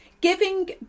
giving